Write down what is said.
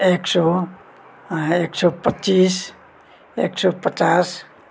एक सौ एक सौ पच्चिस एक सौ पचास